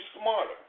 smarter